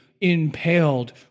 impaled